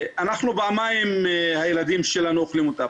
פעמיים הילדים שלנו אוכלים אותה,